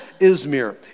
Izmir